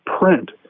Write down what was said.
print